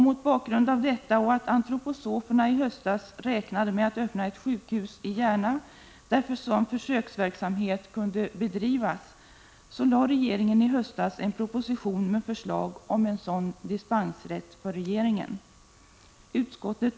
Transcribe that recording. Mot bakgrund av detta och att antroposoferna i höstas räknade med att öppna ett sjukhus i Järna, där försöksverksamhet kunde bedrivas, lade regeringen i höstas en proposition med förslag om en sådan dispensrätt för regeringen.